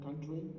country